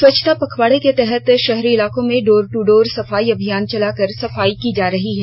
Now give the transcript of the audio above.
स्वच्छता पखवाड़े के तहत शहरी इलाकों में डोर टू डोर सफाई अभियान चलाकर सफाई की जा रही है